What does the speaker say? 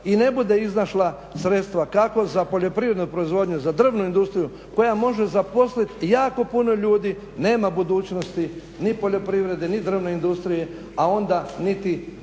i ne bude iznašla sredstva kako za poljoprivrednu proizvodnju, za drvnu industriju koja može zaposlit jako puno ljudi, nema budućnosti ni poljoprivreda ni drvna industrija, a onda niti